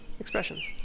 expressions